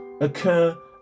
occur